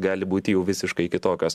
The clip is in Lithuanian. gali būti jau visiškai kitokios